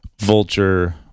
Vulture